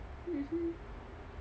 mmhmm